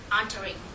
entering